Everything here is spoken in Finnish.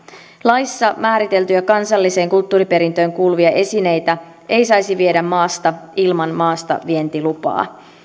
laissa määriteltyjä kansalliseen kulttuuriperintöön kuuluvia esineitä ei saisi viedä maasta ilman maastavientilupaa